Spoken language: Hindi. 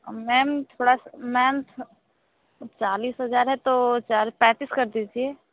मैम थोड़ा सा मैम चालीस हज़ार है तो चार पैंतीस कर दीजिए